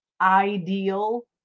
ideal